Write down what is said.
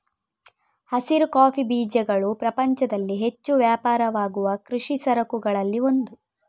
ಹಸಿರು ಕಾಫಿ ಬೀಜಗಳು ಪ್ರಪಂಚದಲ್ಲಿ ಹೆಚ್ಚು ವ್ಯಾಪಾರವಾಗುವ ಕೃಷಿ ಸರಕುಗಳಲ್ಲಿ ಒಂದು